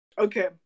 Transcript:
okay